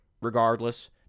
regardless